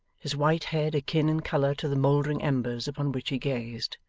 his white head akin in colour to the mouldering embers upon which he gazed.